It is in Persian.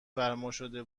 فرماشده